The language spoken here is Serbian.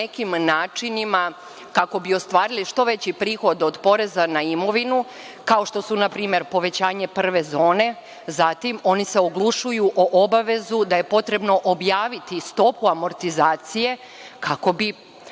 nekim načinima kako bi ostvarile što veći prihod od poreza na imovinu, kao što su npr. povećanje prve zone, zatim, oni se oglušuju o obavezu da je potrebno objaviti stopu amortizacije kako bi